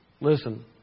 Listen